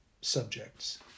subjects